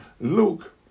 Luke